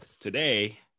Today